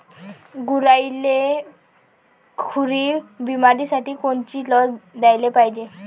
गुरांइले खुरी बिमारीसाठी कोनची लस द्याले पायजे?